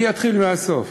אני אתחיל מהסוף: